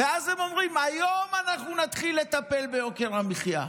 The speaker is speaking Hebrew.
ואז הם אומרים: היום אנחנו נתחיל לטפל ביוקר המחיה.